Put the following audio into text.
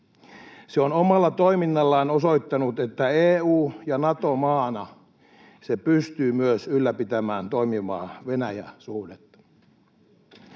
Se on omalla toiminnallaan osoittanut, että EU‑ ja Nato-maana se pystyy myös ylläpitämään toimivaa Venäjä-suhdetta.